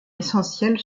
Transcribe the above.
essentiel